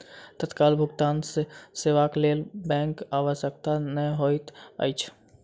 तत्काल भुगतान सेवाक लेल बैंकक आवश्यकता नै होइत अछि